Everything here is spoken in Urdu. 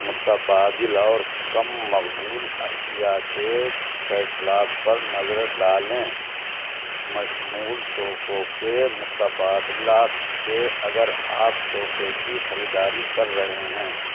متبادل اور کم مقبول اشیاء کے کیٹلاگ پر نظر ڈالیں بشمول تحفوں کے متبادلات کے اگر آپ تحفے کی خریداری کر رہے ہیں